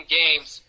games